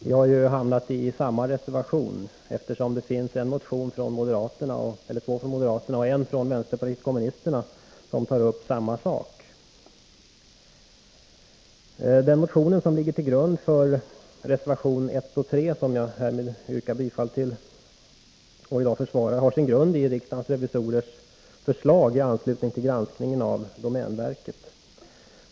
Vi har hamnat i samma reservation, eftersom det finns två motioner från moderaterna och en från vänsterpartiet kommunisterna som tar upp samma sak. Den vpk-motion som ligger bakom reservationerna 1 och 3 — vilka jag härmed yrkar bifall till — har sin grund i riksdagens revisorers förslag i anslutning till granskningen av domänverket.